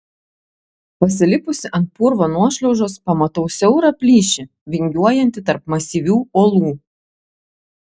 pasilipusi ant purvo nuošliaužos pamatau siaurą plyšį vingiuojantį tarp masyvių uolų